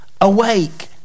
awake